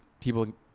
People